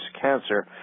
cancer